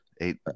eight